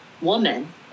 woman